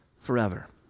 forever